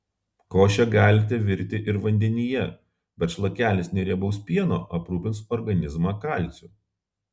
košę galite virti ir vandenyje bet šlakelis neriebaus pieno aprūpins organizmą kalciu